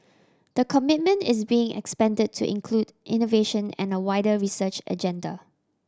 the commitment is being expanded to include innovation and a wider research agenda